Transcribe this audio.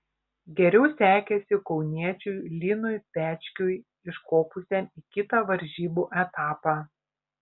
geriau sekėsi kauniečiui linui pečkiui iškopusiam į kitą varžybų etapą